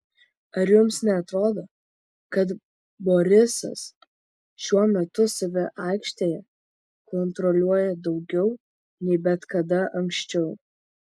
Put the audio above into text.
ar jums neatrodo kad borisas šiuo metu save aikštelėje kontroliuoja daugiau nei bet kada anksčiau